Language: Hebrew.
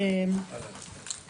הם יבררו תוך